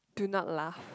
do not lah